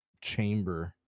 chamber